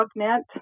augment